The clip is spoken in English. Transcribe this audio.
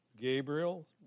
Gabriel